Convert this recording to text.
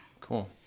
cool